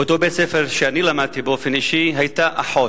באותו בית-ספר שאני למדתי באופן אישי, היתה אחות.